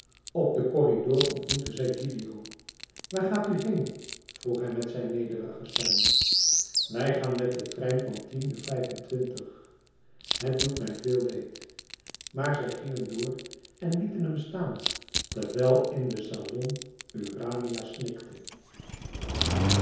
op den corridor ontmoetten zij gilio waar gaat u heen vroeg hij met zijn nederige stem wij gaan met den trein van tien uur vijf-en-twintig het doet mij veel leed maar zij gingen door en lieten hem staan terwijl in den salon urania snikte